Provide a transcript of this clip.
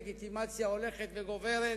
הולכת וגוברת